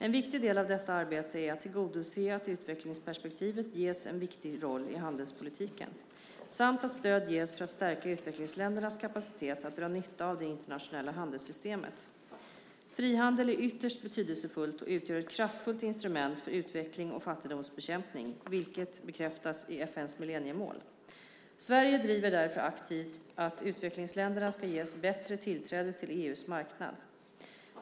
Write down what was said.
En viktig del av detta arbete är att tillgodose att utvecklingsperspektivet ges en viktig roll i handelspolitiken samt att stöd ges för att stärka utvecklingsländernas kapacitet att dra nytta av det internationella handelssystemet. Frihandel är ytterst betydelsefullt och utgör ett kraftfullt instrument för utveckling och fattigdomsbekämpning, vilket bekräftas i FN:s millenniemål. Sverige driver därför aktivt att utvecklingsländerna ska ges bättre tillträde till EU:s marknad.